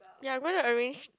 ya I'm gonna arrange